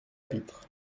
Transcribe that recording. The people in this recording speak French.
pitre